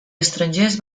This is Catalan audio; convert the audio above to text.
estrangers